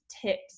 tips